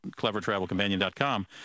CleverTravelCompanion.com